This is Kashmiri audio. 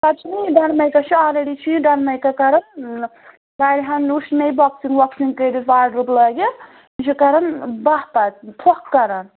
پَتہٕ چھُنا یہِ ڈَن میکا چھُ آلریڈی چھُ یہِ ڈَن میکا کَران وارِہَن وٕچھ مےٚ یہِ بۄکسِنٛگ وۄکسِنٛگ کٔرِتھ آڈرُک لٲگِتھ یہِ چھُ کَران باہ پَتہٕ پھوٚکھ کَران